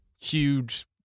huge